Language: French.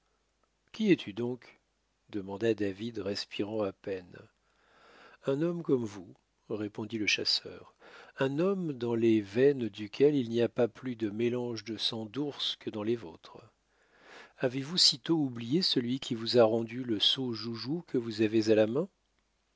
qui es-tu donc demanda david respirant à peine un homme comme vous répondit le chasseur un homme dans les veines duquel il n'y a pas plus de mélange de sang d'ours que dans les vôtres avez-vous si tôt oublié celui qui vous a rendu le sot joujou que vous avez à la main